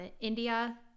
India